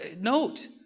Note